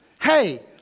Hey